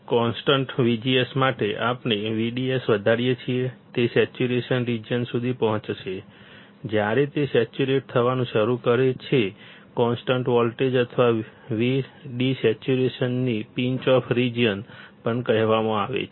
constant VGS માટે જ્યારે આપણે VDS વધારીએ છીએ તે સેચ્યુરેશન રિજિયન સુધી પહોંચશે જ્યારે તે સેચ્યુરેટ થવાનું શરૂ કરે છે કોન્સ્ટન્ટ વોલ્ટેજ અથવા VD saturation ને પિન્ચ ઑફ રિજિયન પણ કહેવાય છે